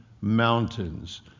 Mountains